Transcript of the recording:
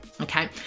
okay